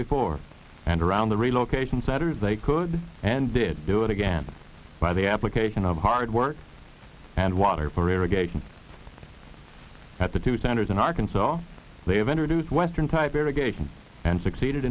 before and around the relocation centers they could and did do it again by the application of hard work and water for irrigation at the two centers in arkansas they have introduced western type irrigation and succeeded